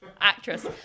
actress